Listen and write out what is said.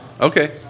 Okay